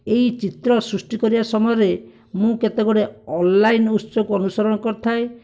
ଏହି ଚିତ୍ର ସୃଷ୍ଟି କରିବା ସମୟରେ ମୁଁ କେତେ ଗୁଡ଼ିଏ ଅନ୍ଲାଇନ୍ ଉତ୍ସକୁ ଅନୁସରଣ କରିଥାଏ